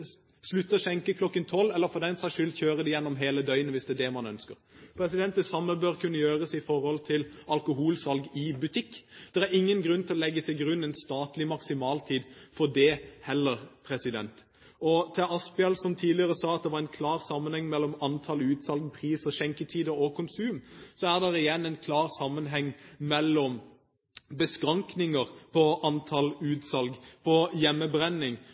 slutte å skjenke kl. 24.00, eller, for den saks skyld, kjøre det gjennom hele døgnet, hvis det er det man ønsker. Det samme bør kunne gjøres når det gjelder alkoholsalg i butikk. Det er ingen grunn til å legge til grunn en statlig maksimaltid for det heller. Til Asphjell, som tidligere sa at det var en klar sammenheng mellom antall utsalg, pris, skjenketider og konsum, vil jeg si at det igjen er en klar sammenheng mellom beskrankninger med hensyn til antall utsalg, hjemmebrenning, drikking på